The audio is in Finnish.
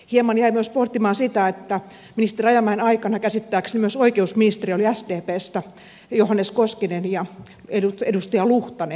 hieman jäin myös pohtimaan sitä että ministeri rajamäen aikana käsittääkseni myös oikeusministeri oli sdpstä johannes koskinen ja edustaja luhtanen